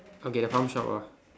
okay the farm shop ah